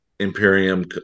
Imperium